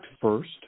first